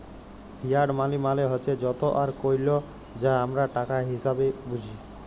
fiat মালি মালে হছে যত আর কইল যা আমরা টাকা হিসাঁবে বুঝি